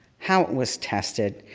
how it was tested,